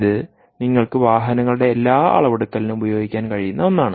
ഇത് നിങ്ങൾക്ക് വാഹനങ്ങളുടെ എല്ലാ അളവെടുക്കലിനും ഉപയോഗിക്കാൻ കഴിയുന്ന ഒന്നാണ്